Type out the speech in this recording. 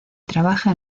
trabaja